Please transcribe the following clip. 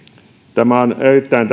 tämä talouden vahvistuminen on erittäin